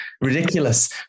ridiculous